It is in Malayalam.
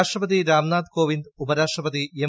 രാഷ്ട്രപതി രാംനാഥ് കോവിന്ദ് ഉപരാഷ്ട്രപതി എം